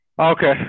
Okay